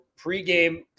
pregame